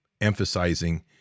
emphasizing